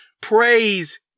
Praise